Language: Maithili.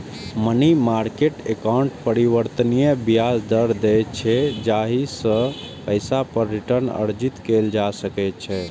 मनी मार्केट एकाउंट परिवर्तनीय ब्याज दर दै छै, जाहि सं पैसा पर रिटर्न अर्जित कैल जा सकै छै